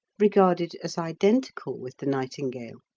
regarded as identical with the nightingale